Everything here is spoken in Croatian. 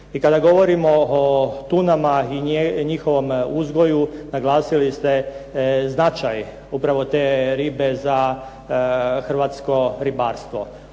I kada govorimo o tunama i njihovom uzgoju, naglasili ste značaj upravo te ribe za hrvatsko ribarstvo,